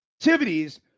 activities